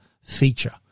feature